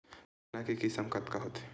चना के किसम कतका होथे?